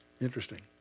Interesting